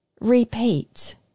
repeat